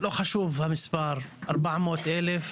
לא חשוב המספר 400,000,